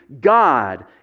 God